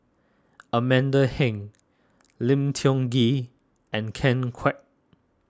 Amanda Heng Lim Tiong Ghee and Ken Kwek